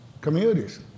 communities